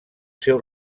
seu